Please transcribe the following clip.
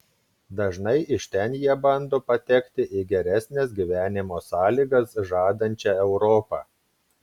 dažnai iš ten jie bando patekti į geresnes gyvenimo sąlygas žadančią europą